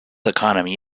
economy